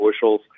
bushels